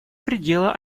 пределы